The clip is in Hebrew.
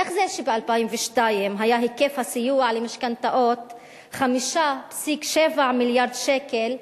איך זה שב-2002 היה היקף הסיוע למשכנתאות 5.7 מיליארד שקל,